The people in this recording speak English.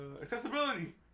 accessibility